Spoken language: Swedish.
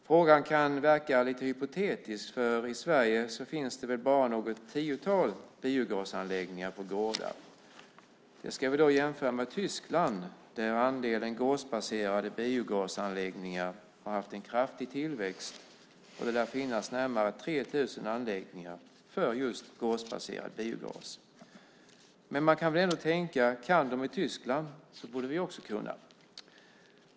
Frågan kan verka lite hypotetisk, för i Sverige finns det väl bara något tiotal biogasanläggningar på gårdar. Det ska vi jämföra med Tyskland där andelen gårdsbaserade biogasanläggningar har haft en kraftig tillväxt. Det lär finnas närmare 3 000 anläggningar för just gårdsbaserad biogas. Man kan väl ändå tänka att kan de i Tyskland borde vi också kunna.